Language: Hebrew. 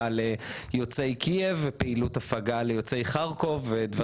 ליוצאי קייב ופעילות ליוצאי חרקוב ודברים כאלה.